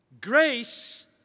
grace